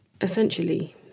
essentially